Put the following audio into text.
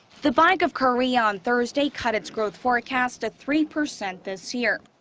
the bank of korea on thursday cut its growth forecast to three percent this year.